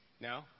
No